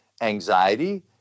anxiety